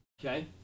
Okay